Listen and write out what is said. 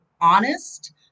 honest